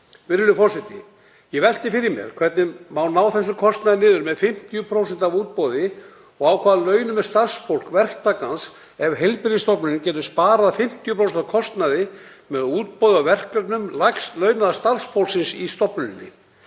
árið 2020. Ég velt því fyrir mér hvernig má ná þessum kostnaði niður um 50% í útboði og á hvaða launum er starfsfólk verktakans ef heilbrigðisstofnunin getur sparað 50% af kostnaði með útboði á verkefnum lægst launaða starfsfólksins í stofnuninni?